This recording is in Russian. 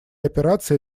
операции